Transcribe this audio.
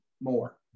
more